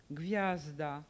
gwiazda